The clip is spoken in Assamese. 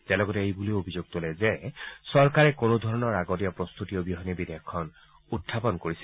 তেওঁ লগতে এই বুলিও অভিযোগ তোলে যে চৰকাৰে কোনোধৰণৰ আগতীয়া প্ৰস্তুতি অবিহনে বিধেয়কখন উখাপন কৰিছে